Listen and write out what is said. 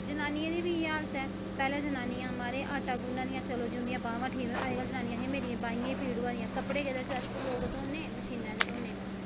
जनानियें दी बी इयै हालत ऐ म्हाराज जनानियां पैह्लें आटा गुन्ना दियां उंदियां बाहमां ठीक अज्जकल जनानियें गी बाहमां पीड़ होंदियां कपड़े अस लोग केह्दे च धोने मशीनै च धोने